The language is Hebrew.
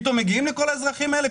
פתאום מגיעים לכל האזרחים האלה?